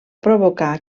provocar